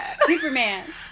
Superman